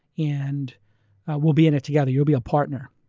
and we'll be in it together. you'll be a partner.